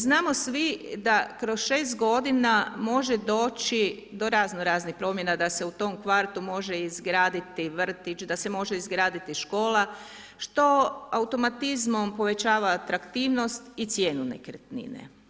Znamo svi da kroz 6 godina može doći do razno-raznih promjena, da se u tom kvartu može izgraditi vrtić, da se može izgraditi škola, što automatizmom povećava atraktivnosti i cijenu nekretnine.